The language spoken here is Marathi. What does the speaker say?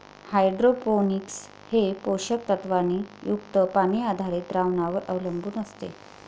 हायड्रोपोनिक्स हे पोषक तत्वांनी युक्त पाणी आधारित द्रावणांवर अवलंबून असते